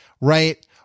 right